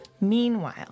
Meanwhile